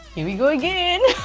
here we go again.